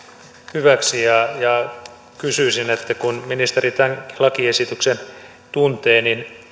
hyväksi ja kysyisin kun ministeri tämänkin lakiesityksen tuntee